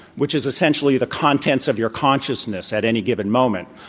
which is essentially the contents of your consciousness at any given moment.